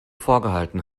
vorgehalten